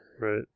Right